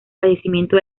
fallecimiento